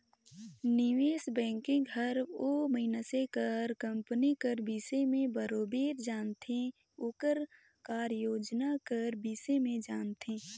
निवेस बैंकिंग हर ओ मइनसे कर कंपनी कर बिसे में बरोबेर जानथे ओकर कारयोजना कर बिसे में जानथे